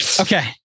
Okay